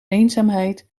eenzaamheid